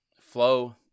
Flow